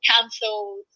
cancelled